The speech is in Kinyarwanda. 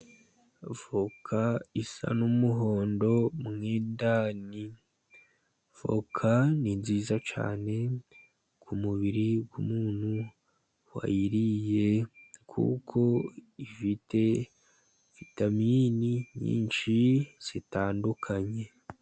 Voka isa n'umuhondo mo indani. Voka ni nziza cyane ku mubiri w'umuntu wayiriye, kuko ifite vitamini nyinshi zitandukanye.